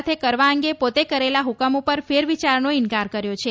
સાથે કરવા અંગે પોતે કરેલા હુકમુ પર ફેરવિચારનો ઇન્કાર કર્યો છે